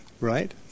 Right